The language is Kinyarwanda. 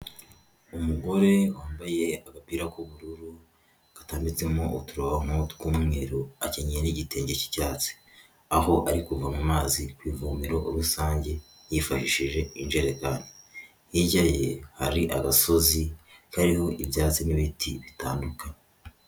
Umugore wambaye agapira k'ubururu gatambitsemo uturonko tw'umweru. Akennye n'igitenge cy'icyatsi aho ari kuvoma amazi ku ivomero rusange yifashishije injerekani hirya ye hari agasozi kariho ibyatsi n'ibiti bitandukanye.